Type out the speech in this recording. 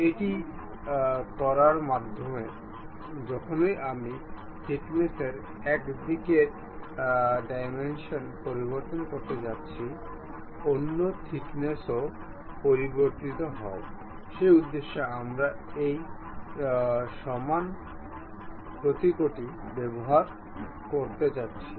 এটি করার মাধ্যমে যখনই আমি থিকনেসের এক দিকের ডাইমেনশন পরিবর্তন করতে যাচ্ছি অন্যান্য থিকনেস ও পরিবর্তিত হয় সেই উদ্দেশ্যে আমরা এই সমান প্রতীকটি ব্যবহার করতে যাচ্ছি